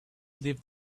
leave